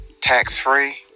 tax-free